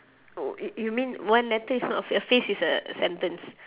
oh y~ you mean one letter is not a ph~ phrase it's a sentence